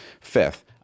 Fifth